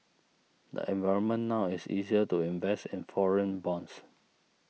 the environment now is easier to invest in foreign bonds